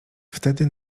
wtedy